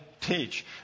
teach